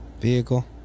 Vehicle